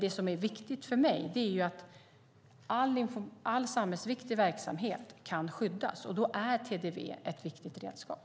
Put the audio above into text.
Det som är viktigt för mig är att all samhällsviktig verksamhet kan skyddas. Då är TDV ett viktigt redskap.